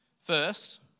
First